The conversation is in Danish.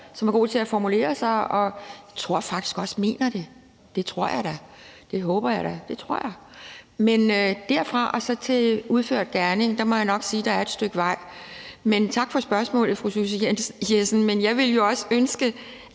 som er god til at formulere sig og faktisk også mener det, tror jeg. Det tror jeg da. Det håber jeg da. Det tror jeg. Men derfra og så til udført gerning må jeg nok sige at der er et stykke vej. Men tak for spørgsmålet, fru Susie Jessen, men jeg ville jo også ønske,